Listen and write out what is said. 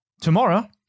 tomorrow